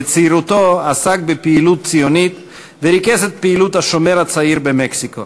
בצעירותו עסק בפעילות ציונית וריכז את פעילות "השומר הצעיר" במקסיקו.